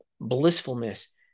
blissfulness